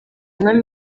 umwami